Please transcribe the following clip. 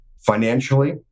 financially